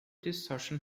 distortion